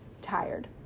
tired